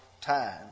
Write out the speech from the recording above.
time